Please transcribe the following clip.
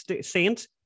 saint